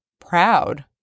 proud